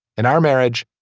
in our marriage.